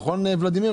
נכון, ולדימיר?